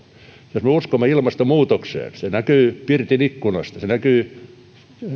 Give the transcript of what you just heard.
jos me uskomme ilmastonmuutokseen se näkyy pirtin ikkunasta se näkyy